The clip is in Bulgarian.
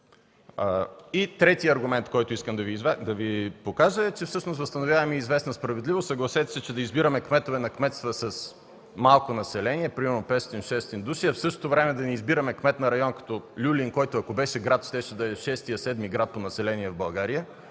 Третият аргумент, който искам да Ви кажа, е, че всъщност възстановяваме и известна справедливост. Съгласете се, че да избираме кметове на кметства с малко население, примерно 500-600 души, а в същото време да не избираме кмет на район като Люлин, който, ако беше град, щеше да е шестият, седмият град по население в България